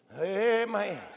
Amen